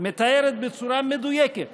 מתארת בצורה מדויקת